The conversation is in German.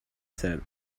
seinen